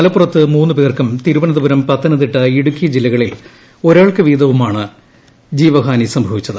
മലപ്പുറത്ത് മൂന്ന് പേർക്കും തിരുവനന്തപുരം പത്തനംതിട്ട ഇടുക്കി ജില്ലകളിൽ ഒരാൾക്ക് വീതവുമാണ് ജീവഹാനി സംഭവിച്ചത്